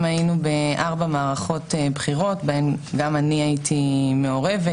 היינו בארבע מערכות בחירות בהן גם אני הייתי מעורבת,